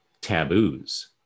taboos